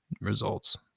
results